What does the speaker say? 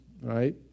right